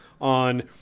on